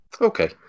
Okay